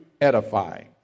edifying